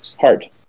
hard